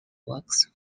works